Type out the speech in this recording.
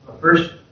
first